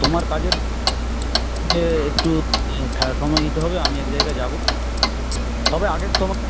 তোমার কাজের একটু সময় দিতে হবে আমি এক জায়গায় যাব তবে আগে